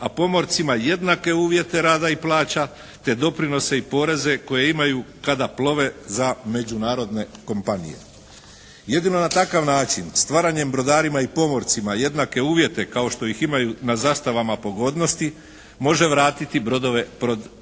a pomorcima jednake uvjete rada i plaća te doprinose i poreze koje imaju kada plove za međunarodne kompanije. Jedino na takav način stvaranjem brodarima i pomorcima jednake uvjete kao što ih imaju na zastavama pogodnosti može vratiti brodove pod